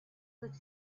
with